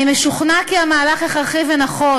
אני משוכנע כי המהלך הכרחי ונכון.